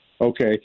Okay